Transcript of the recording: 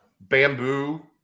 bamboo